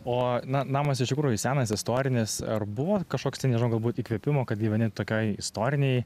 o na namas iš tikrųjų senas istorinis ar buvo kažkoks tai nežinau galbūt įkvėpimo kad gyveni tokioj istorinėj